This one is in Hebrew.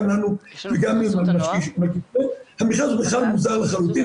לנו- -- המכרז הוא בכלל מוזר לחלוטין,